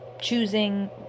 choosing